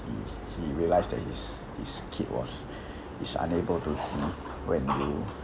he he realised that his his kid was is unable to see when you